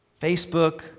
Facebook